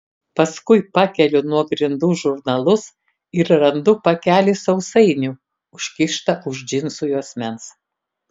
paskui pakeliu nuo grindų žurnalus ir randu pakelį sausainių užkištą už džinsų juosmens